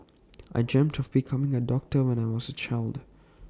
I dreamed of becoming A doctor when I was A child